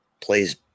plays